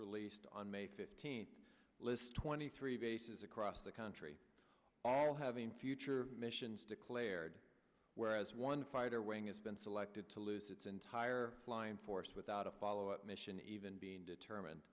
released on may fifteenth lists twenty three bases across the country all having future missions declared whereas one fighter wing has been selected to lose its entire flying force without a follow up mission even being determined